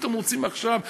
פתאום רוצים עכשיו להתאחד.